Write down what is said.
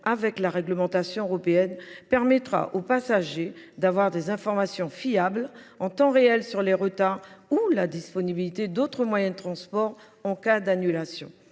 avec la réglementation européenne leur permettra d’obtenir des informations fiables en temps réel sur les retards ou sur la disponibilité d’autres moyens de transport en cas d’annulations.